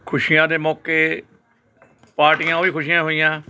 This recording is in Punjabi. ਖੁਸ਼ੀਆਂ ਦੇ ਮੌਕੇ ਪਾਰਟੀਆਂ ਉਹ ਵੀ ਖੁਸ਼ੀਆਂ ਹੋਈਆਂ